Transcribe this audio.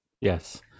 Yes